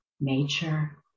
nature